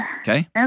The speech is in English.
Okay